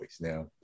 now